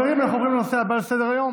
אנחנו נעביר את ההצעה לסדר-היום